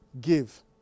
give